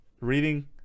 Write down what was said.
reading